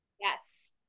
Yes